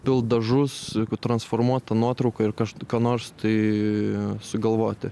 pilt dažus transformuot tą nuotrauką ir kaž ką nors tai sugalvoti